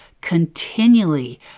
continually